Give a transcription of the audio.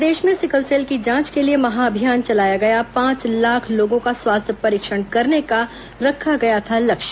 प्रदेश में सिकलसेल की जांच के लिए महाअभियान चलाया गया पांच लाख लोगों का स्वास्थ्य परीक्षण करने का रखा गया था लक्ष्य